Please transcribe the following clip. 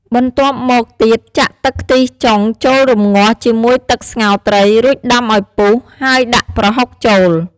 បន្ទាប់មកទៀតចាក់ទឹកខ្ទិះចុងចូលរម្ងាស់ជាមួយទឹកស្ងោរត្រី រួចដាំឱ្យពុះហើយដាក់ប្រហុកចូល។